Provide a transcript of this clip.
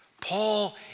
Paul